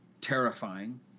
terrifying